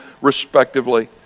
respectively